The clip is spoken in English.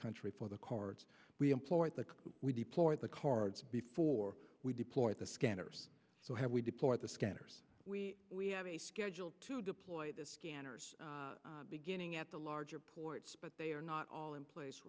country for the cards we import that we deploy the cards before we deploy the scanners so have we deplore the scanners we we have a schedule to deploy the scanners beginning at the larger ports but they are not all in place